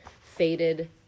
faded